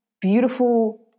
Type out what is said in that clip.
beautiful